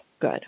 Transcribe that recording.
Good